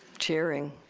cheering.